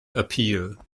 appeal